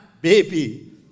baby